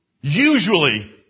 Usually